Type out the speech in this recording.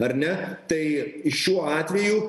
ar ne tai šiuo atveju